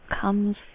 comes